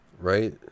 right